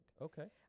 Okay